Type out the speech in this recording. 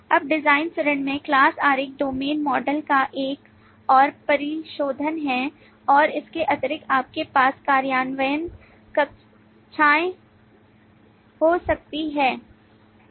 अब डिजाइन चरण में class आरेख डोमेन मॉडल का एक और परिशोधन है और इसके अतिरिक्त आपके पास कार्यान्वयन कक्षाएं हो सकती हैं